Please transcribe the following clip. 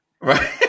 right